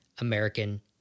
American